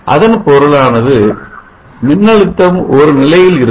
அதன் பொருளானது மின்னழுத்தம் ஒருநிலையில் இருக்கும்